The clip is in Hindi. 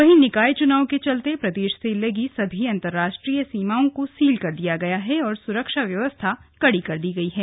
वहीं निकाय चुनाव के चलते प्रदेश से लगी सभी अंतरराष्ट्रीय सीमाओं को सील कर दिया गया है और सुरक्षा व्यवस्था कड़ी कर दी गई है